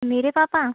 मेरे पापा